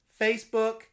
Facebook